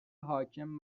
حاکم